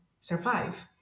survive